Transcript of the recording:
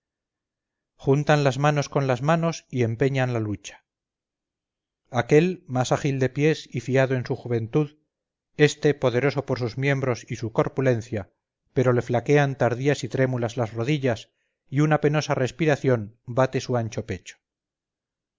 juntan las manos con las manos y empeñan la lucha aquel más ágil de pies y fiado en su juventud este poderoso por sus miembros y su corpulencia pero le flaquean tardías y trémulas las rodillas y una penosa respiración bate su ancho pecho